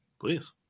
Please